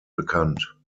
bekannt